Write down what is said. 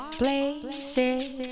places